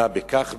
מה בכך בכלל,